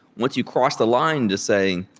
once you cross the line to saying,